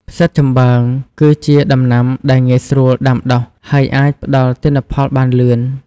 ផ្សិតចំបើង គឺជាដំណាំដែលងាយស្រួលដាំដុះ ហើយអាចផ្តល់ទិន្នផលបានលឿន។